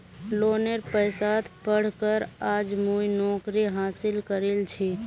लोनेर पैसात पढ़ कर आज मुई नौकरी हासिल करील छि